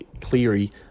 Cleary